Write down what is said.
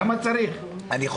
חיים,